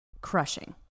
crushing